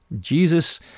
Jesus